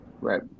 Right